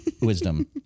wisdom